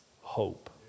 hope